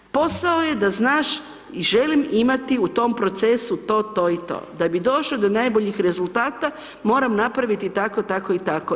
Posao je da znaš i želim imati u tom procesu to, to i to, da bi došao do najboljih rezultata, moram napraviti tako, tako i tako.